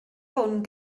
hwn